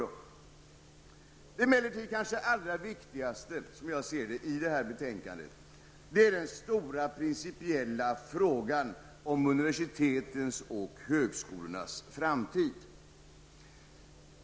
Det enligt min uppfattning allra viktigaste i det här betänkandet är emellertid den stora principiella frågan om universitetens och högskolornas framtid.